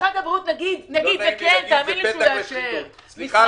זה פתח לשחיתות.